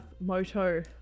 Moto